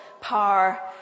par